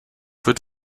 wird